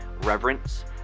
reverence